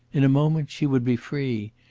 in a moment she would be free.